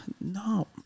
No